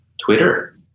Twitter